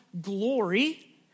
glory